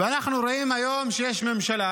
ואנחנו רואים היום שיש ממשלה